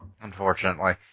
Unfortunately